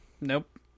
nope